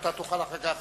תוכל אחר כך